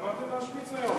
גמרתם להשמיץ היום?